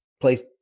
place